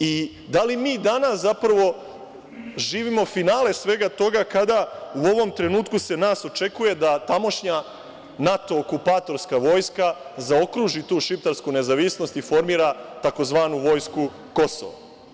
i da li mi danas, zapravo, živimo finale svega toga kada u ovom trenutku se od nas očekuje da tamošnja NATO okupatorska vojska zaokruži tu šiptarsku nezavisnost i formira tzv. vojsku Kosova.